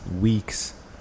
weeks